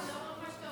לאור מה שאתה אומר,